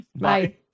Bye